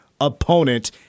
opponent